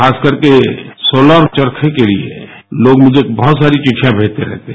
खासकर के सोलर चरखे के लिए लोग मुझे बहुत सारी चिदिठयां भेजते रहते हैं